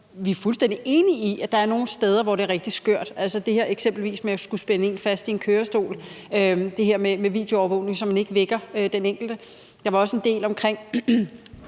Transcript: vi er fuldstændig enige i, at der er nogle steder, hvor det er rigtig skørt. Eksempelvis er der det her med at skulle spænde en fast i en kørestol, og det her med videoovervågning, så man ikke vækker den enkelte. Jeg var også en del omkring